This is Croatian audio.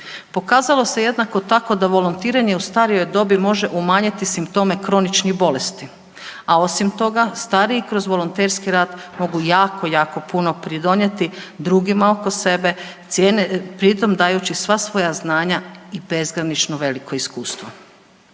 Pokazalo se jednako tako da volontiranje u starijoj dobi može umanjiti simptome kroničnih bolesti, a osim toga stariji kroz volonterski rad mogu jako, jako puno pridonijeti drugima oko sebe pri tom dajući sva svoja znanja i bezgranično veliko iskustvo.